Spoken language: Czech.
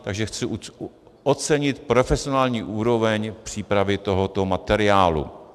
Takže chci ocenit profesionální úroveň přípravy tohoto materiálu.